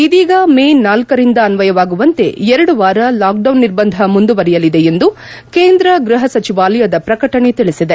ಇದೀಗ ಮೇ ಳರಿಂದ ಅನ್ವಯವಾಗುವಂತೆ ಎರಡು ವಾರ ಲಾಕ್ಡೌನ್ ನಿರ್ಬಂಧ ಮುಂದುವರೆಯಲಿದೆ ಎಂದು ಕೇಂದ್ರ ಗ್ಬಹ ಸಚಿವಾಲಯದ ಪ್ರಕಟಣೆ ತಿಳಿಸಿದೆ